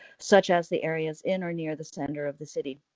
such as the areas in or near the center of the city.